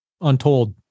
untold